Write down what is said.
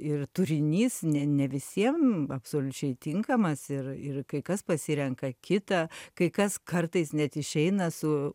ir turinys ne ne visiem absoliučiai tinkamas ir ir kai kas pasirenka kitą kai kas kartais net išeina su